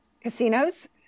casinos